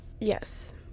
Yes